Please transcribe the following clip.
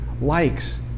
likes